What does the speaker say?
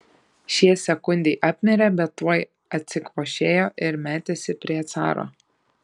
šie sekundei apmirė bet tuoj atsikvošėjo ir metėsi prie caro